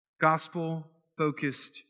Gospel-focused